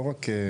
לדוגמה,